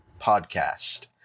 podcast